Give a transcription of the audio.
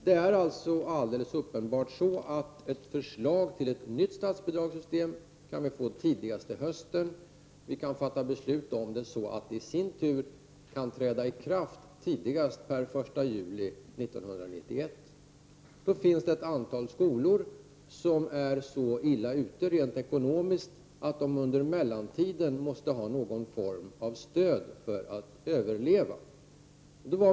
Det är helt uppenbart så att ett förslag till ett nytt statsbidragssystem kan komma tidigast till hösten, och vi kan fatta beslut om det så att det kan träda i kraft tidigast den 1 juli 1991. Då finns det ett antal skolor som är så illa ute rent ekonomiskt att de under mellantiden måste ha någon form av stöd för att överleva.